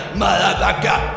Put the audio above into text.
motherfucker